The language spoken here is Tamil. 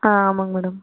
ஆ ஆமாங்க மேடம்